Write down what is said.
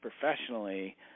professionally